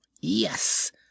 yes